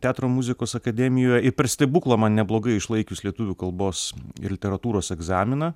teatro muzikos akademijoj ir per stebuklą man neblogai išlaikius lietuvių kalbos ir literatūros egzaminą